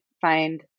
find